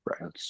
right